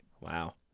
Wow